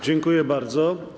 Dziękuję bardzo.